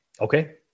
okay